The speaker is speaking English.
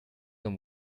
them